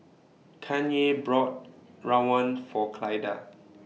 Kanye brought Rawon For Clyda